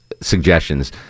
suggestions